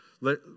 Let